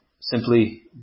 simply